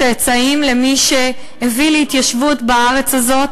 צאצאים למי שהביא להתיישבות בארץ הזו,